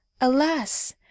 alas